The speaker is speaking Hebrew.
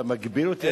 אתה מגביל אותי,